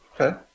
Okay